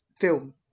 film